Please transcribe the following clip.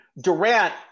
Durant